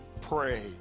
pray